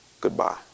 Goodbye